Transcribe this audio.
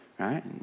right